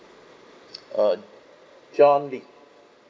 uh john lee